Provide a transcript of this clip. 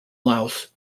laos